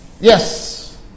yes